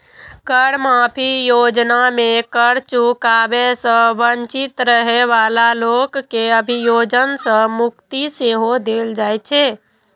कर माफी योजना मे कर चुकाबै सं वंचित रहै बला लोक कें अभियोजन सं मुक्ति सेहो देल जाइ छै